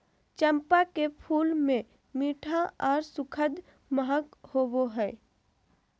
चंपा के फूल मे मीठा आर सुखद महक होवो हय